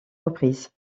reprises